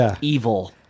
evil